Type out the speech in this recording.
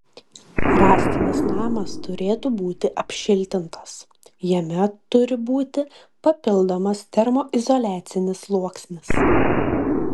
rąstinis namas turėtų būti apšiltintas jame turi būti papildomas termoizoliacinis sluoksnis